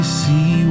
see